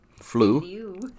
flu